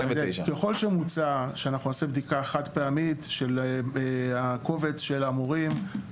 נעשה בדיקה חד-פעמית של הקובץ של המורים הקיימים במערכת ואנחנו נבדוק את